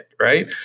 Right